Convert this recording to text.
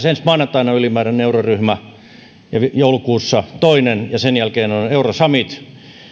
ensi maanantaina ylimääräinen euroryhmä ja joulukuussa toinen ja sen jälkeen on euro summit